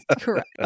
Correct